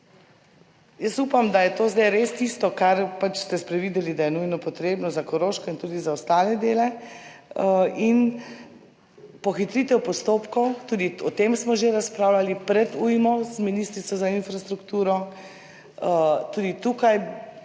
Upam, da je to zdaj res tisto, kar ste sprevideli, da je nujno potrebno za Koroško in tudi za ostale dele. Pohitritev postopkov, tudi o tem smo že razpravljali pred ujmo z ministrico za infrastrukturo, tudi